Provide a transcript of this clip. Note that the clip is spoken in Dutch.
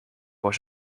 voor